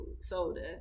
soda